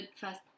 first